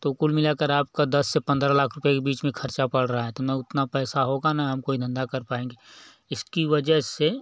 तो कुल मिला कर आपका दस से पंद्रह लाख रुपये के बीच में खर्चा पड़ रहा है तो न उतना पैसा होगा न हम कोई धंधा कर पाएंगे इसकी वजह से